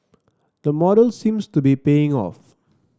the model seems to be paying off